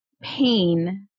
pain